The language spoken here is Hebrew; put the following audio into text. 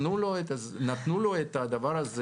למרות שהוא היה באופוזיציה נתנו לו את הדבר הזה.